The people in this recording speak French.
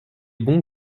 bon